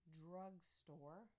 drugstore